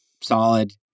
solid